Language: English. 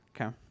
Okay